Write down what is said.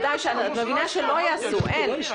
את מבינה שלא יעשו, אין.